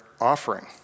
offering